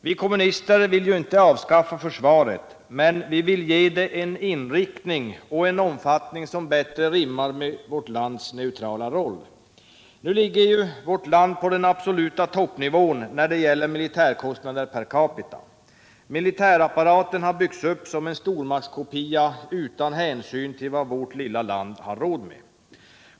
Vi kommunister vill inte avskaffa försvaret, men vi vill ge det en inriktning och en omfattning som bättre rimmar med vårt lands neutrala roll. Nu ligger vårt land på den absoluta toppnivån när det gäller militärkostnader per capita. Militärapparaten har byggts upp som en stormaktskopia utan hänsyn till vad vårt lilla land har råd med.